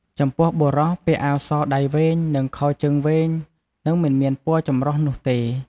ចំពោះបុរសពាក់អាវសដៃវែង និងខោជើងវែង និងមិនមានពណ៍ចំរុះនុះទេ។